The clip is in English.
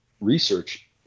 research